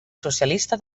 socialista